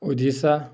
Odisha